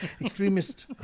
Extremist